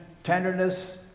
Tenderness